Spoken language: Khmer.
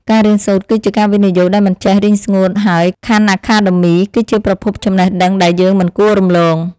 ការរៀនសូត្រ គឺជាការវិនិយោគដែលមិនចេះរីងស្ងួតហើយខាន់អាខាដឺមី គឺជាប្រភពចំណេះដឹងដែលយើងមិនគួររំលង។